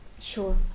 Sure